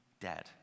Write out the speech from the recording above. dead